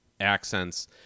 accents